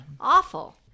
Awful